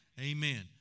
Amen